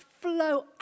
flow